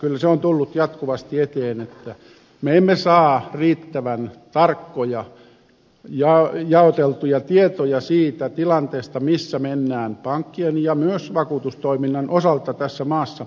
kyllä se on tullut jatkuvasti eteen että me emme saa riittävän tarkkoja jaoteltuja tietoja siitä tilanteesta missä mennään pankkien ja myös vakuutustoiminnan osalta tässä maassa